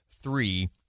Three